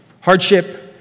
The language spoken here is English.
Hardship